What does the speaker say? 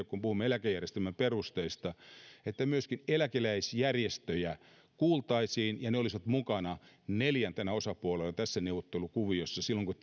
kun puhumme eläkejärjestelmän perusteista kannattaisi miettiä että myöskin eläkeläisjärjestöjä kuultaisiin ja ne olisivat mukana neljäntenä osapuolena tässä neuvottelukuviossa silloin kun